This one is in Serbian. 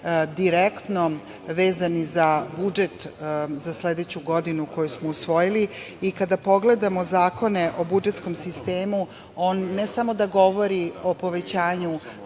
direktno vezane za budžet za sledeću godinu koji smo usvojili. Kada pogledamo Zakon o budžetskom sistemu, on ne samo da govori o povećanju